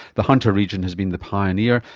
the hunter region has been the pioneer,